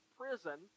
prison